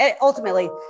ultimately